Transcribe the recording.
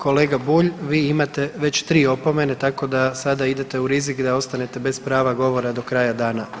Kolega Bulj vi imate već tri opomene tako da sada idete u rizik da ostanete bez prava govora do kraja dana.